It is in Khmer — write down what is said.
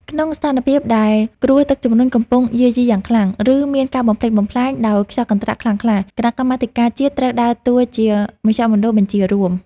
ក្នុងស្ថានភាពដែលគ្រោះទឹកជំនន់កំពុងយាយីយ៉ាងខ្លាំង ឬមានការបំផ្លិចបំផ្លាញដោយខ្យល់កន្ត្រាក់ខ្លាំងក្លា គណៈកម្មាធិការជាតិត្រូវដើរតួជាមជ្ឈមណ្ឌលបញ្ជារួម។